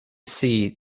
see